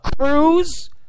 Cruz